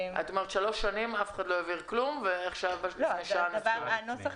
שלוש שנים אף אחד לא העביר כלום ולפני שעה נזכרו?